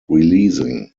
releasing